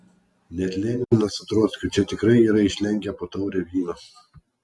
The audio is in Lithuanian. net leninas su trockiu čia tikrai yra išlenkę po taurę vyno